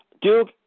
Duke